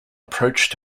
approach